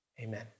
Amen